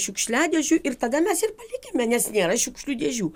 šiukšliadėžių ir tada mes ir palikime nes nėra šiukšlių dėžių